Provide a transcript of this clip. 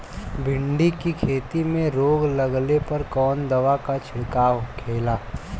भिंडी की खेती में रोग लगने पर कौन दवा के छिड़काव खेला?